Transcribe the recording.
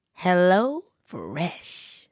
HelloFresh